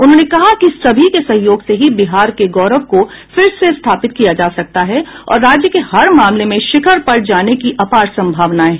उन्होंने कहा कि सभी के सहयोग से ही बिहार के गौरव को फिर से स्थापित किया जा सकता है और राज्य के हर मामले में शिखर पर जाने की अपार संभावनाएं हैं